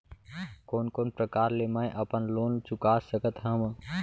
कोन कोन प्रकार ले मैं अपन लोन चुका सकत हँव?